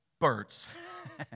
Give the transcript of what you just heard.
birds